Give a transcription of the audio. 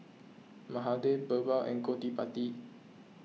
Mahade Birbal and Gottipati